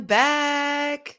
back